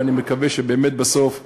ואני מקווה שבאמת בסוף יבוא,